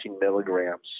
milligrams